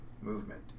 movement